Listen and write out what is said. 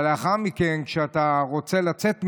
אבל לאחר מכן, כשאתה רוצה לצאת מזה,